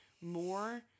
more